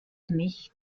nicht